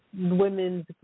women's